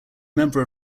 member